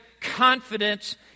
confidence